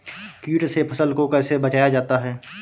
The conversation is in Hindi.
कीट से फसल को कैसे बचाया जाता हैं?